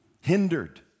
Hindered